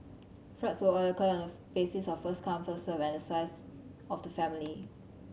flats were allocated on the basis of first come first served and on the size of the family